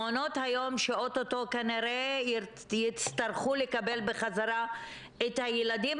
מעונות היום שאו-טו-טו כנראה הצטרכו לקבל בחזרה את הילדים,